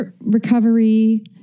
recovery